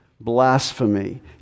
blasphemy